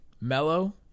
mellow